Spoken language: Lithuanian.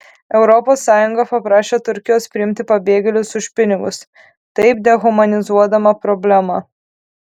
europos sąjunga paprašė turkijos priimti pabėgėlius už pinigus taip dehumanizuodama problemą